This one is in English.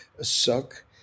suck